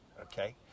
Okay